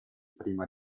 prima